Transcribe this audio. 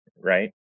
right